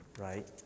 right